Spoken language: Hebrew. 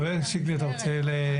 חבר הכנסת שיקלי, אתה רוצה להתייחס?